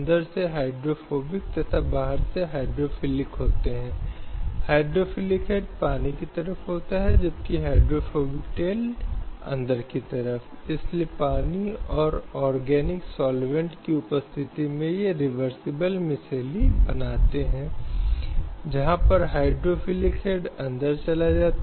और 2003 का एक और मामला हालांकि एक महिला की गोपनीयता के साथ एक बुरा अनुचित और हस्तक्षेप करने के लिए आयोजित किया गया था और इसलिए भारतीय संविधान के अनुच्छेद 21 के तहत उसके जीवन के अधिकार का उल्लंघन किया गया था